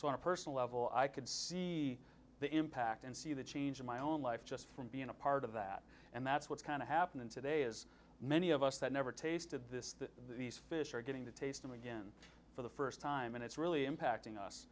so on a personal level i could see the impact and see the change in my own life just from being a part of that and that's what's kind of happening today is many of us that never tasted this these fish are getting to taste them again for the first time and it's really impacting us